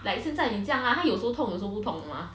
like 现在你这样 lah 它有时候痛有时候不同的 mah